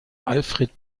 alfred